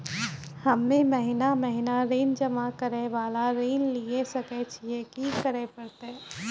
हम्मे महीना महीना ऋण जमा करे वाला ऋण लिये सकय छियै, की करे परतै?